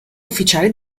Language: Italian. ufficiale